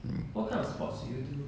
um